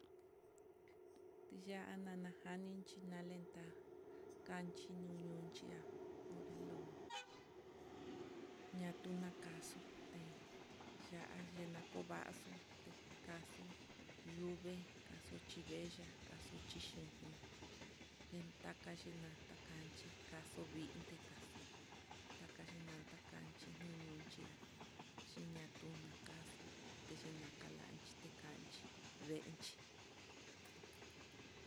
Teya'a nana janinchí, nalenta kanchi no nuntu'a olu ñatuna kaxuu, te ya'a yena kovaxo, tekaxo yuvee xuc aya kaxo'o, luchixhion yentakaxhi na takanchí, kaxu vinte kaxuu takaxi ya takanchí nuñu ya'á, yiña tuña kaxo'o, texña kalanchí té kanchi veenchí.